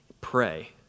pray